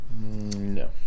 No